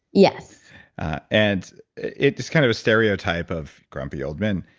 yes and it's kind of a stereotype of grumpy old men.